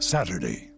Saturday